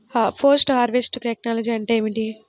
Post harvest technology అంటే ఏమిటి?